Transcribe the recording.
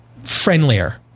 Friendlier